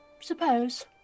Suppose